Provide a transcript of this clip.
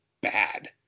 bad